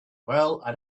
well—i